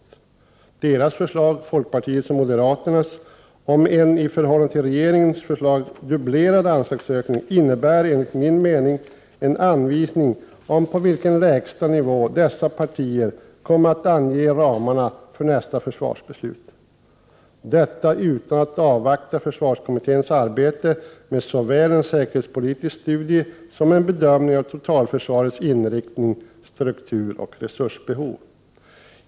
Folkpartiets och moderata samlingspartiets förslag om en i förhållande till regeringens förslag dubblerad anslagsökning innebär enligt min mening en anvisning om på vilken lägsta nivå dessa partier kommer att ange ramarna för nästa försvarsbeslut. Detta sker utan att man avvaktar försvarskommitténs arbete med såväl en säkerhetspolitisk studie som en bedömning av totalförsvarets inriktning, struktur och resursbehov.